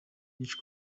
byinshi